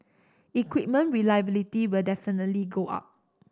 equipment reliability will definitely go up